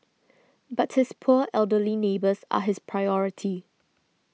but his poor elderly neighbours are his priority